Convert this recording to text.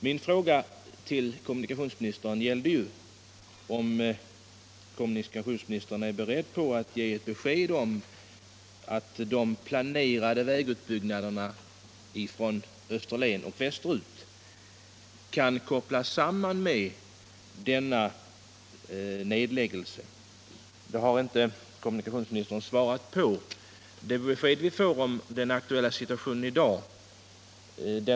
Min fråga till kommunikationsministern gällde om kommunikationsministern ville ge besked om att de planerade vägutbyggnaderna från Österlen och västerut skulle kopplas samman med nedläggningen av dessa järnvägslinjer. Den frågan har inte kommunikationsministern svarat på.